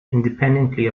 independently